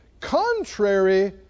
contrary